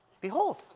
behold